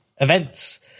events